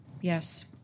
yes